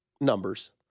Numbers